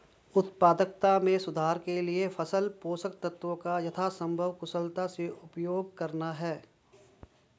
उत्पादकता में सुधार के लिए फसल पोषक तत्वों का यथासंभव कुशलता से उपयोग करना है